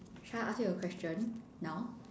shall I ask you a question now